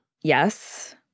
yes